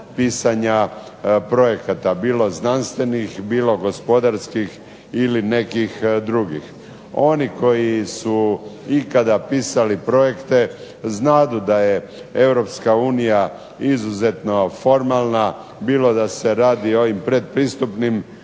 pisanja projekata bilo znanstvenih, bilo gospodarskih ili nekih drugih. Oni koji su ikada pisali projekte znadu da je EU izuzetno formalna bilo da se radi o ovim predpristupnim